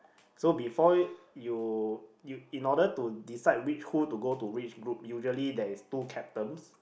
so before you you in order to decide which who to go to which group usually there is two captains